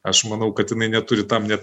aš manau kad jinai neturi tam net